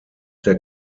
der